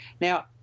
Now